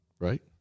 right